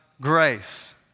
grace